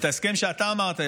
את ההסכם שאתה אמרת,